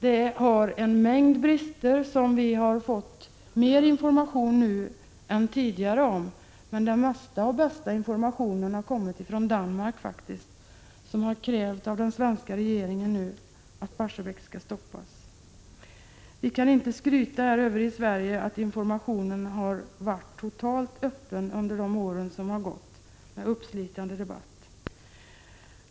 Det har en mängd brister, som vi har fått mer information om nu än tidigare. Den mesta och bästa informationen har emellertid kommit från Danmark, som har krävt av den svenska regeringen att Barsebäck skall stängas. Vi kan inte skryta över i Sverige att informationen har varit totalt öppen under de år som har gått med uppslitande debatt.